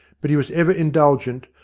but he was ever indulgent,